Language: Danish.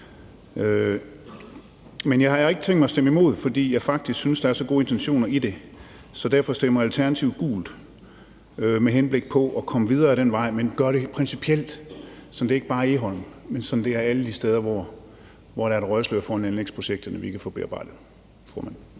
nat. Jeg har ikke tænkt mig at stemme imod, fordi jeg faktisk synes, der er så gode intentioner i det, så derfor stemmer Alternativet gult med henblik på at komme videre ad den vej, men at gøre det principielt, så det ikke bare er Egholm, men er alle de steder, hvor der er et røgslør foran anlægsprojekterne, som vi kan få bearbejdet.